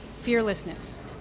fearlessness